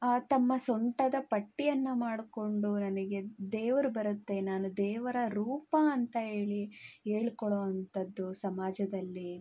ಆ ತಮ್ಮ ಸೊಂಟದ ಪಟ್ಟಿಯನ್ನು ಮಾಡಿಕೊಂಡು ನನಗೆ ದೇವ್ರು ಬರುತ್ತೆ ನಾನು ದೇವರ ರೂಪ ಅಂತ ಹೇಳಿ ಹೇಳ್ಕೊಳೋ ಅಂಥದ್ದು ಸಮಾಜದಲ್ಲಿ